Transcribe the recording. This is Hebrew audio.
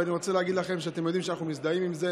ואני רוצה להגיד לכם שאתם יודעים שאנחנו מזדהים עם זה